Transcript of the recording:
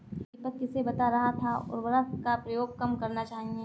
दीपक किसे बता रहा था कि उर्वरक का प्रयोग कम करना चाहिए?